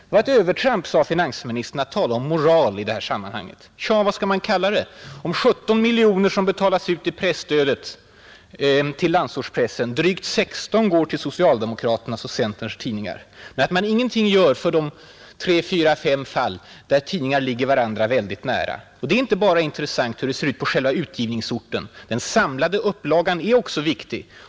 Det var ett övertramp, sade finansministern, att tala om ”moral” i det här sammanhanget. Tja, vad skall man kalla det, om av de 17 miljoner kronor som betalas ut i presstödet till landsortspressen drygt 16 miljoner går till socialdemokraternas och centerns tidningar, men ingenting görs för de tre, fyra, fem fall, där tidningarna ligger varandra mycket nära? Det är inte bara intressant att få veta hur det ser ut på själva utgivningsorten. Den samlade upplagan är också viktig.